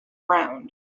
round